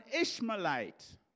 Ishmaelite